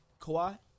Kawhi